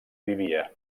vivia